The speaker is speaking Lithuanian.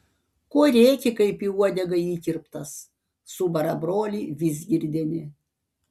ko rėki kaip į uodegą įkirptas subara brolį vizgirdienė